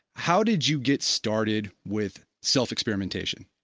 how did you get started with self experimentation?